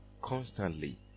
constantly